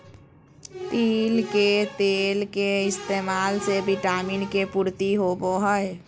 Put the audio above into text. तिल के तेल के इस्तेमाल से विटामिन के पूर्ति होवो हय